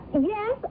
Yes